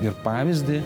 ir pavyzdį